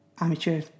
amateur